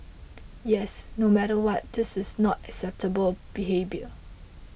yes no matter what this is not acceptable behaviour